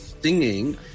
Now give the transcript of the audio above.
singing